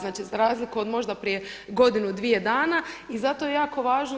Znači, za razliku od možda prije godinu, dvije dana i zato je jako važno.